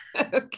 Okay